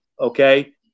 okay